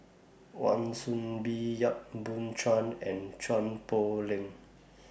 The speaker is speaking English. Wan Soon Bee Yap Boon Chuan and Chua Poh Leng